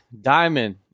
Diamond